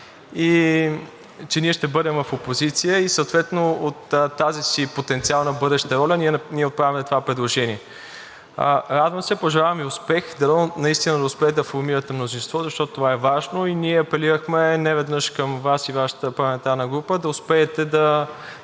казвате. МИРОСЛАВ ИВАНОВ: Съответно от тази си потенциална бъдеща роля ние отправяме това предложение. Радвам се, пожелавам Ви успех. Дано наистина да успеете да формирате мнозинство, защото това е важно. Ние апелирахме неведнъж към Вас и Вашата парламентарна група да успеете да